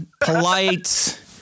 polite